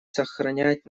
сохранять